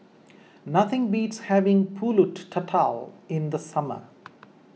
nothing beats having Pulut Tatal in the summer